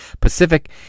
pacific